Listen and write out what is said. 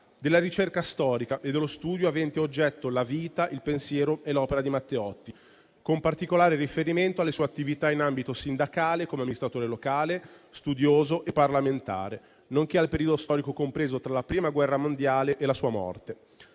della ricerca storica e dello studio aventi a oggetto la vita, il pensiero e l'opera di Matteotti, con particolare riferimento alle sue attività in ambito sindacale, come amministratore locale, studioso e parlamentare, nonché al periodo storico compreso tra la Prima guerra mondiale e la sua morte.